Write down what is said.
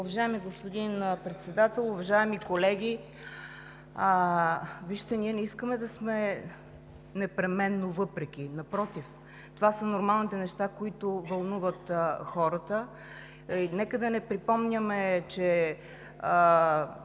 Уважаеми господин Председател, уважаеми колеги! Вижте, ние не искаме да сме непременно „въпреки“. Напротив, това са нормалните неща, които вълнуват хората. Нека да не припомняме, че